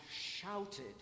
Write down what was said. shouted